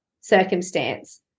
circumstance